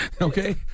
Okay